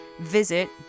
visit